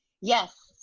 Yes